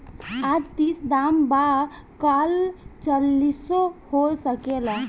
आज तीस दाम बा काल चालीसो हो सकेला